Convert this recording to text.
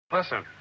Listen